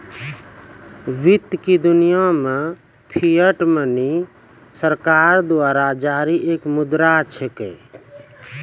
वित्त की दुनिया मे फिएट मनी सरकार द्वारा जारी एक मुद्रा छिकै